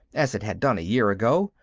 as it had done a year ago,